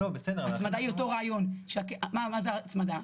הצמדה היא אותו רעיון, מה זאת הצמדה?